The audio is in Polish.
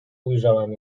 ujrzałem